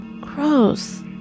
Gross